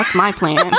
my plan. but